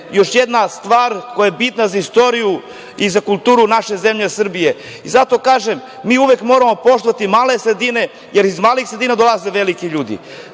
još jedna stvar koja je bitna za istoriju i za kulturu naše zemlje Srbije. Zato kažem da mi uvek moramo poštovati male sredine, jer iz malih sredina dolaze veliki ljudi.